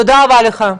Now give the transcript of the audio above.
תודה רבה לך,